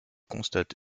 constate